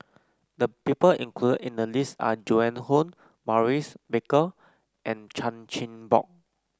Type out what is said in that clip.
the people included in the list are Joan Hon Maurice Baker and Chan Chin Bock